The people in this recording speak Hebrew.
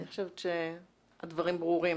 כן, אני חושבת שהדברים ברורים.